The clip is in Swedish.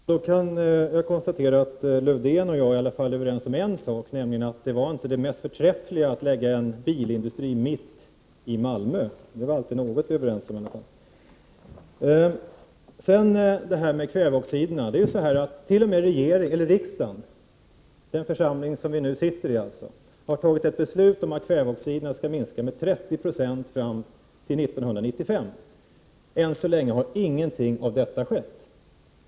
Herr talman! Jag kan konstatera att Lars-Erik Lövdén och jag är i alla fall överens om en sak, nämligen att det var inte det mest förträffliga att lägga en bilindustri mitt inne i Malmö. T.o.m. riksdagen, den församling vi nu sitter i, har fattat ett beslut om att utsläppen av kväveoxider skall minska med 30 96 fram till 1995. Än så länge har ingenting av detta skett.